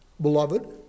Beloved